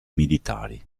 militari